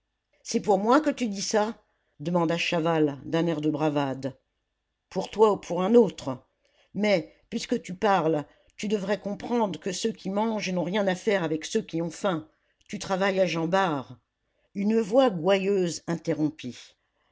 c'est pour moi que tu dis ça demanda chaval d'un air de bravade pour toi ou pour un autre mais puisque tu parles tu devrais comprendre que ceux qui mangent n'ont rien à faire avec ceux qui ont faim tu travailles à jean bart une voix gouailleuse interrompit